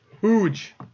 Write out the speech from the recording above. huge